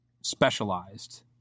specialized